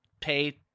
pay